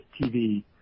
TV